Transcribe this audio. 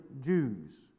Jews